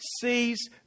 sees